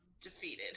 defeated